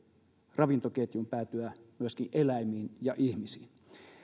ravintoketjun ja päätyä myöskin eläimiin ja ihmisiin